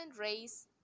race